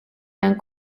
han